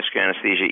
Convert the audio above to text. anesthesia